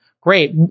great